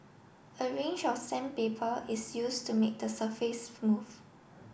a range of sandpaper is used to make the surface smooth